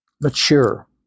mature